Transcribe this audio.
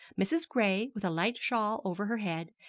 mrs. gray, with a light shawl over her head,